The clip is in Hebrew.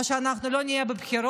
או שאנחנו לא נהיה בבחירות,